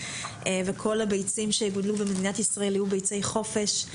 וכל הביצים שיגודלו במדינת ישראל יהיו ביצי חופש.